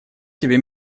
тебе